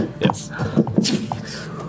Yes